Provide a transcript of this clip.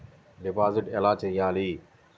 Deposit ఎలా చెయ్యాలి?